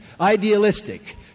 idealistic